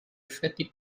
effetti